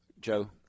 Joe